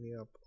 up